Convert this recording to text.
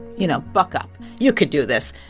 you know, buck up, you could do this.